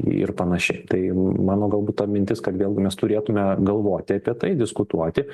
ir panašiai tai mano galbūt ta mintis kad vėlgi mes turėtume galvoti apie tai diskutuoti